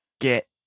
get